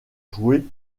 jouer